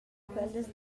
quellas